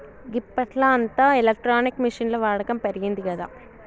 గిప్పట్ల అంతా ఎలక్ట్రానిక్ మిషిన్ల వాడకం పెరిగిందిగదా